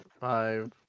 five